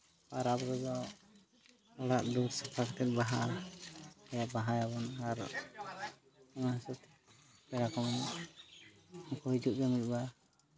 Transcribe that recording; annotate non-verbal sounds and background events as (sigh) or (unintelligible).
ᱯᱚᱨᱚᱵᱽ ᱨᱮᱫᱚ ᱚᱲᱟᱜ ᱫᱩᱣᱟᱹᱥ ᱥᱟᱯᱷᱟ ᱠᱟᱛᱮᱫ ᱵᱟᱦᱟ ᱵᱟᱦᱟᱭᱟᱵᱚᱱ ᱟᱨ ᱚᱱᱟ ᱦᱤᱥᱟᱹᱵ ᱛᱮ ᱯᱮᱲᱟ ᱠᱚᱵᱚᱱ (unintelligible) ᱦᱤᱡᱩᱜ ᱜᱮᱭᱟ ᱢᱤᱫ ᱵᱟᱨ